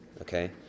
Okay